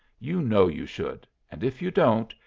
you know you should, and if you don't,